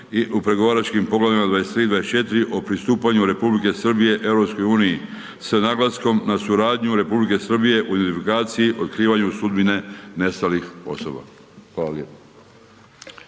u pregovaračkim poglavljima 23. i 24. o pristupanju Republike Srbije EU-i, s naglaskom na suradnju Republike Srbije u identifikaciji i otkrivanju sudbine nestalih osoba. Hvala